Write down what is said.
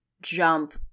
jump